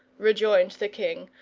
rejoined the king,